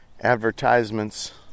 advertisements